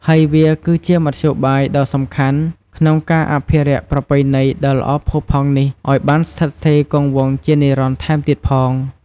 ហើយវាគឺជាមធ្យោបាយដ៏សំខាន់ក្នុងការអភិរក្សប្រពៃណីដ៏ល្អផូរផង់នេះឱ្យបានស្ថិតស្ថេរគង់វង្សជានិរន្តរ៍ថែមទៀតផង។